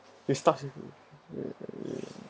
it start you